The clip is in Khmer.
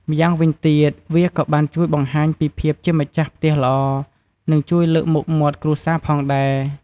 ម្យ៉ាងវិញទៀតវាក៏បានជួយបង្ហាញពីភាពជាម្ចាស់ផ្ទះល្អ និងជួយលើកមុខមាត់គ្រួសារផងដែរ។